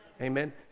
amen